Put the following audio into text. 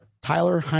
Tyler